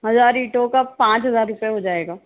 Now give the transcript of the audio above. हजार ईंटों का पाँच हजार रुपए हो जाएगा